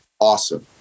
awesome